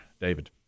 David